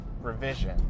revision